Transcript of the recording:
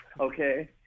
okay